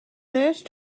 nurse